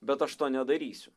bet aš to nedarysiu